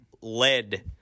lead